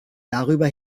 darüber